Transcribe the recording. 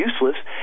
useless